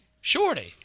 Shorty